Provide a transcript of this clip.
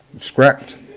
scrapped